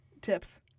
tips